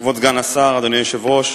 כבוד סגן השר, אדוני היושב-ראש,